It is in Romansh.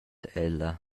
ella